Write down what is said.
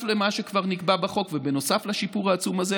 למה שכבר נקבע בחוק ובנוסף לשיפור העצום הזה,